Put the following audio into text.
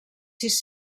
sis